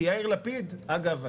כי יאיר לפיד אגב,